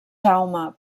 jaume